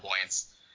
points